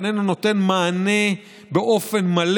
איננו נותן מענה באופן מלא